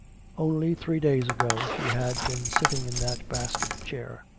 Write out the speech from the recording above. only three days ago she had been sitting in that basket-chair.